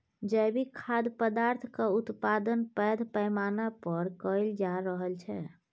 जैविक खाद्य पदार्थक उत्पादन पैघ पैमाना पर कएल जा रहल छै